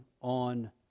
on